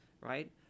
right